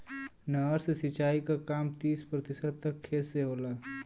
नहर से सिंचाई क काम तीस प्रतिशत तक खेत से होला